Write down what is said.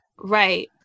Right